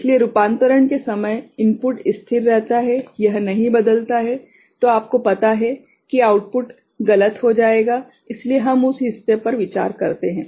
इसलिए रूपांतरण के समय इनपुट स्थिर रहता है यह नहीं बदलता है तो आपको पता है कि आउटपुट गलत हो जाएगा इसलिए हम उस हिस्से पर विचार करते हैं